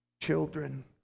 children